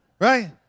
Right